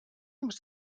that